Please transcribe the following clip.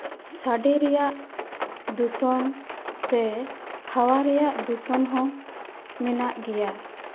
ᱥᱟᱰᱮ ᱨᱮᱭᱟᱜ ᱫᱩᱥᱚᱱ ᱥᱮ ᱦᱟᱣᱟ ᱨᱮᱭᱟᱜ ᱫᱩᱥᱚᱱ ᱦᱚᱸ ᱢᱮᱱᱟᱜ ᱜᱮᱭᱟ